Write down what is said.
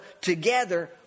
together